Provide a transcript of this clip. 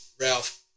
Ralph